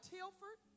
Tilford